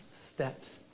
steps